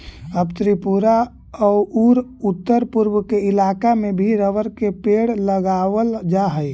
अब त्रिपुरा औउर उत्तरपूर्व के इलाका में भी रबर के पेड़ उगावल जा हई